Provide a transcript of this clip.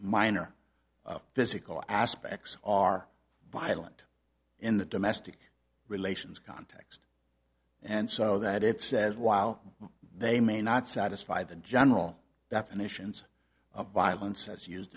minor physical aspects are violent in the domestic relations context and so that it says while they may not satisfy the general definitions of violence as used